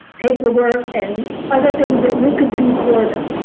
paperwork and other things that we could do for them.